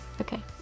okay